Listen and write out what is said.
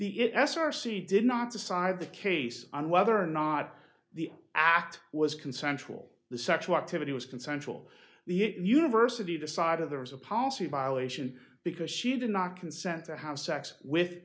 it s r c did not decide the case on whether or not the act was consensual the sexual activity was consensual the university the side of there was a policy violation because she did not consent to have sex with